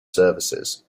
services